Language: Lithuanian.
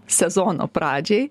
sezono pradžiai